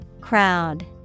Crowd